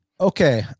okay